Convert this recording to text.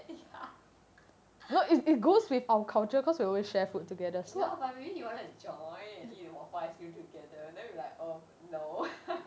ya but maybe he wanna join and eat waffle ice cream together then we like oh no